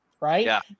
Right